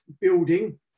building